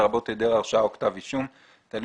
לרבות היעדר הרשעה או כתב אישום תלוי